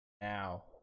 Now